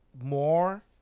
more